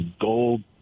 gold